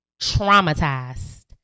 traumatized